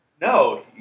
No